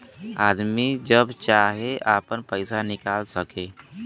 आदमी जब चाहे आपन पइसा निकाल सके